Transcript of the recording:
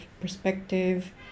perspective